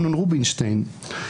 אמנון רובינשטיין: